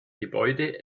gebäude